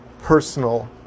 personal